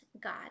God